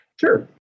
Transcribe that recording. Sure